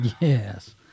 Yes